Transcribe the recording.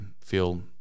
feel